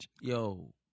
Yo